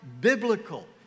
biblical